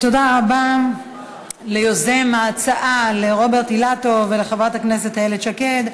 תודה רבה ליוזם ההצעה רוברט אילטוב ולחברת הכנסת איילת שקד.